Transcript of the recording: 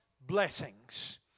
blessings